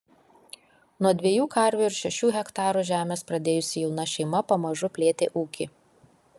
nuo dviejų karvių ir šešių hektarų žemės pradėjusi jauna šeima pamažu plėtė ūkį